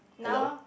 now